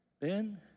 Ben